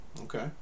Okay